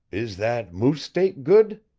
is that moose steak good?